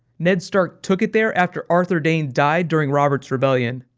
ned stark took it there after artur dayne died during robert's rebellion.